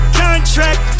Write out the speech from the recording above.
contract